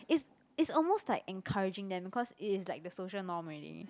it's it's almost like encouraging them because it is like the social norm already